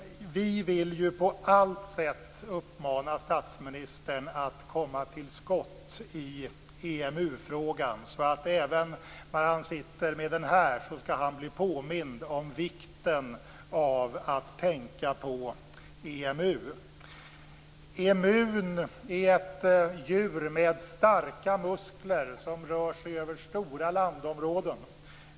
Vi vill ju på alla sätt uppmana statsministern att komma till skott i EMU-frågan. Så även när han sitter med den här cd-romskivan skall han bli påmind om vikten av att tänka på EMU. Emun är ett djur med starka muskler som rör sig över stora landområden.